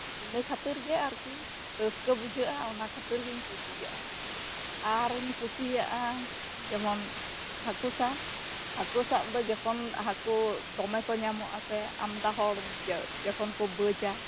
ᱤᱱᱟ ᱠᱷᱟᱹᱛᱤᱨ ᱜᱮ ᱟᱨ ᱠᱤ ᱨᱟᱹᱥᱠᱟ ᱵᱩᱡᱷᱟᱹᱜᱼᱟ ᱚᱱᱟ ᱠᱷᱟᱹᱛᱤᱨ ᱜᱤᱧ ᱠᱩᱥᱤᱭᱟᱜᱼᱟ ᱟᱨᱤᱧ ᱠᱩᱥᱤᱭᱟᱜᱼᱟ ᱡᱮᱢᱚᱱ ᱦᱟᱹᱠᱩ ᱥᱟᱵ ᱦᱟᱹᱠᱩ ᱥᱟᱵ ᱫᱚ ᱡᱚᱠᱷᱚᱱ ᱦᱟᱹᱠᱩ ᱫᱚᱢᱮ ᱠᱚ ᱧᱟᱢᱚᱜᱼᱟ ᱥᱮ ᱟᱢᱫᱟ ᱦᱚᱲ ᱡᱚᱠᱷᱚᱱ ᱠᱚ ᱵᱟᱹᱡᱟ